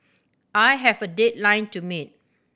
I have a deadline to meet